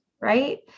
right